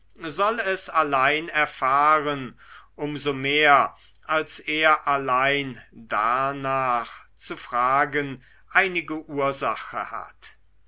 soll es allein erfahren um so mehr als er allein darnach zu fragen einige ursache hat